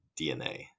DNA